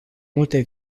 multe